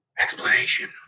Explanation